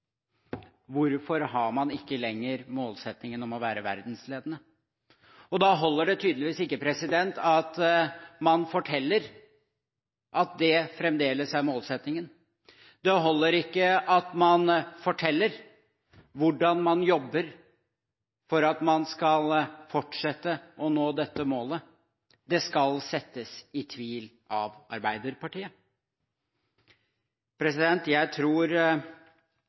Hvorfor har man ikke lenger målsettingen om å være verdensledende? Da holder det tydeligvis ikke at man forteller at det fremdeles er målsettingen. Det holder ikke at man forteller hvordan man jobber for at man skal fortsette å nå dette målet. Det skal settes i tvil av Arbeiderpartiet. Jeg tror